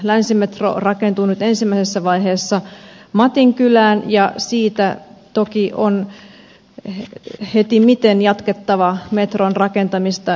länsimetro rakentuu nyt ensimmäisessä vaiheessa matinkylään ja siitä toki on hetimmiten jatkettava metron rakentamista espoonlahteen asti